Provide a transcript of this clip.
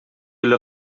эле